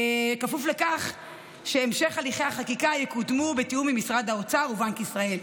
כפוף לכך שהמשך הליכי החקיקה יקודמו בתיאום עם משרד האוצר ובנק ישראל.